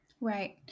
Right